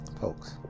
folks